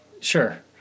Sure